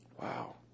Wow